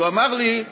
אז הוא אמר לי: